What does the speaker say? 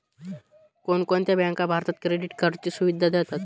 कोणकोणत्या बँका भारतात क्रेडिट कार्डची सुविधा देतात?